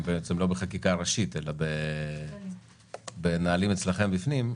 בעצם לא בחקיקה ראשית אלא בנהלים אצלכם בפנים,